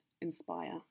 inspire